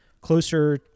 closer